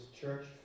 church